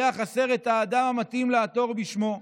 היה חסר את האדם המתאים לעתור בשמו.